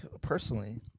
personally